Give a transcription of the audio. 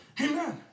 Amen